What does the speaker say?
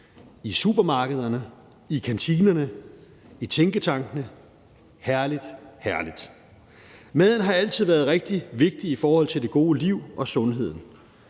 i supermarkederne, i kantinerne, i tænketankene – herligt, herligt. Maden har altid været rigtig vigtig i forhold til det gode liv og sundheden.